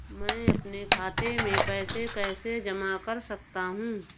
मैं अपने खाते में पैसे कैसे जमा कर सकता हूँ?